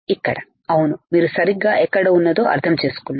ఇక్కడ అవును మీరు సరిగ్గా ఎక్కడ ఉన్నదో అర్థం చేసుకున్నారు